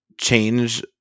change